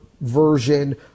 version